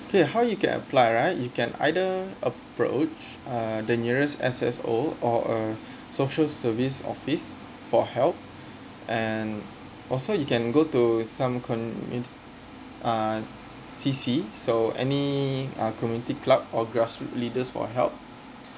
K how you can apply right you can either approach uh the nearest S_S_O or uh social service office for help and also you can go to some con~ uh C_C so any uh community club or grassroot leaders for help